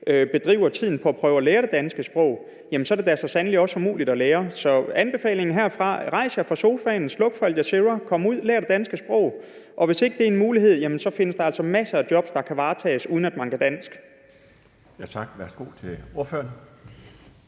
bruger tiden på at prøve at lære det, så er det da sandelig også umuligt at lære det. Så anbefalingen herfra er, at rejs jer fra sofaen, og sluk for Al Jazeera, kom ud, og lær det danske sprog. Og hvis ikke det er en mulighed, findes der altså masser af jobs, der kan varetages, uden at man kan dansk. Kl. 14:09 Den fg.